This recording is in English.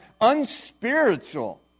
unspiritual